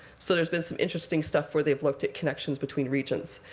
so there's been some interesting stuff where they've looked at connections between regions,